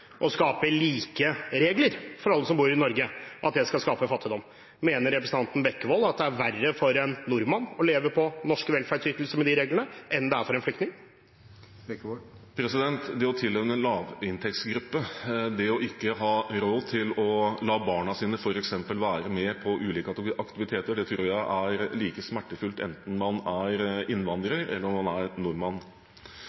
og skape like regler for alle som bor i Norge, skal det skape fattigdom. Mener representanten Bekkevold at det er verre for en nordmann å leve på norske velferdsytelser med de reglene enn det er for en flyktning? Det å tilhøre en lavinntektsgruppe, det ikke å ha råd til å la barna sine f.eks. være med på ulike aktiviteter, tror jeg er like smertefullt enten man er